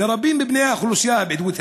לרבים מבני האוכלוסייה הבדואית,